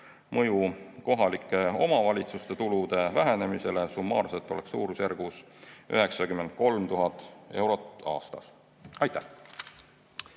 Mõju kohalike omavalitsuste tulude vähenemisele summaarselt oleks suurusjärgus 93 000 eurot aastas. Aitäh!